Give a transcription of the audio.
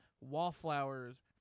Wallflowers